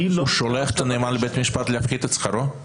הוא שולח את הנאמן לבית המשפט להפחית את שכרו?